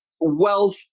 wealth